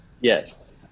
Yes